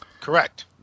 Correct